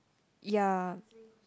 ya